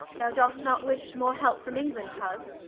thou do'st not wish more helpe from england, couze?